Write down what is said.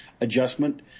adjustment